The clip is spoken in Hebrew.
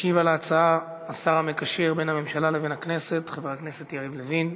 ישיב על ההצעה השר המקשר בין הממשלה לכנסת חבר הכנסת יריב לוין.